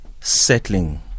settling